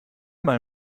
mal